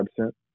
absent